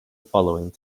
following